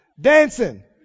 dancing